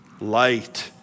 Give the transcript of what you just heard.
Light